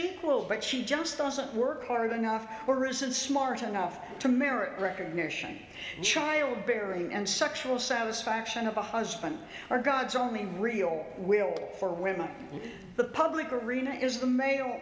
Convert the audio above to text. equal but she just doesn't work hard enough or isn't smart enough to merit recognition and childbearing and sexual satisfaction of a husband or god's only real will for women in the public arena is the male